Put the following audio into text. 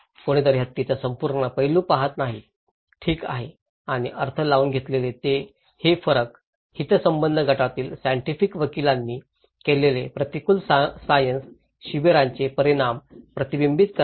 कोणीही हत्तीचा संपूर्ण पैलू पाहत नाही ठीक आहे आणि अर्थ लावून घेतलेले हे फरक हितसंबंध गटातील सायन्टिफिक वकिलांनी केलेले प्रतिकूल सायन्स शिबिरांचे परिणाम प्रतिबिंबित करतात